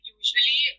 usually